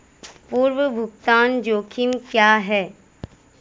पूर्व भुगतान जोखिम क्या हैं?